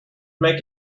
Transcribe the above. make